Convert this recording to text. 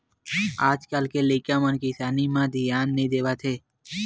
आज कल के लइका मन किसानी म धियान नइ देवत हे